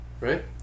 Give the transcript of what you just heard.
right